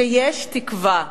שיש תקווה,